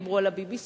דיברו על ה-BBC,